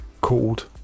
called